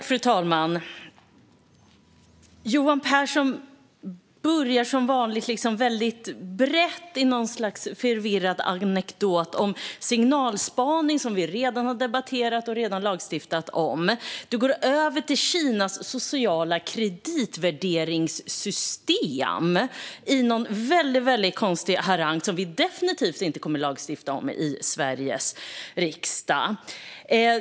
Fru talman! Johan Pehrson börjar som vanligt väldigt brett i något slags förvirrad anekdot om signalspaning, som vi redan har debatterat och lagstiftat om. Du går över till Kinas sociala kreditvärderingssystem i någon väldigt konstig harang, som vi definitivt inte kommer att lagstifta om i Sveriges riksdag.